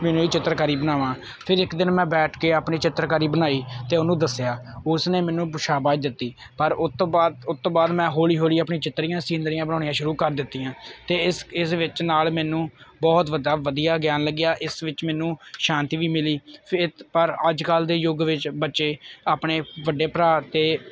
ਮੈਂ ਵੀ ਚਿੱਤਰਕਾਰੀ ਬਣਾਵਾਂ ਫਿਰ ਇੱਕ ਦਿਨ ਮੈਂ ਬੈਠ ਕੇ ਆਪਣੀ ਚਿੱਤਰਕਾਰੀ ਬਣਾਈ ਅਤੇ ਉਹਨੂੰ ਦੱਸਿਆ ਉਸਨੇ ਮੈਨੂੰ ਸ਼ਾਬਾਸ਼ ਦਿੱਤੀ ਪਰ ਉਹ ਤੋਂ ਬਾਅਦ ਉਹ ਤੋਂ ਬਾਅਦ ਮੈਂ ਹੌਲੀ ਹੌਲੀ ਆਪਣੀ ਚਿੱਤਰੀਆਂ ਸਿਨਰੀਆਂ ਬਣਾਉਣੀਆਂ ਸ਼ੁਰੂ ਕਰ ਦਿੱਤੀਆਂ ਅਤੇ ਇਸ ਇਸ ਵਿੱਚ ਨਾਲ ਮੈਨੂੰ ਬਹੁਤ ਵੱਡਾ ਵਧੀਆ ਗਿਆਨ ਲੱਗਿਆ ਇਸ ਵਿੱਚ ਮੈਨੂੰ ਸ਼ਾਂਤੀ ਵੀ ਮਿਲੀ ਫਿਰ ਪਰ ਅੱਜ ਕੱਲ੍ਹ ਦੇ ਯੁੱਗ ਵਿੱਚ ਬੱਚੇ ਆਪਣੇ ਵੱਡੇ ਭਰਾ ਅਤੇ